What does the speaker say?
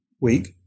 week